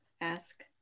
ask